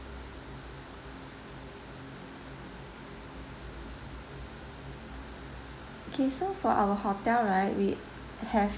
K so for our hotel right we have